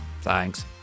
thanks